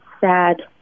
sad